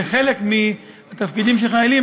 חלק מהתפקידים של החיילים,